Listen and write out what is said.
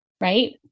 right